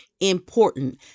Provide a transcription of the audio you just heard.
important